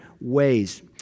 ways